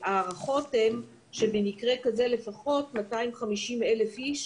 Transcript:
ההערכות הן שבמקרה כזה לפחות 250,000 אלף איש